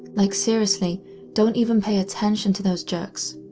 like seriously don't even pay attention to those jerks.